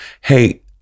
hey